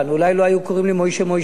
אולי לא היו קוראים לי "מוישה מוישה";